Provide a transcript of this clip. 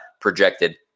projected